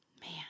man